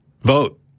vote